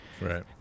right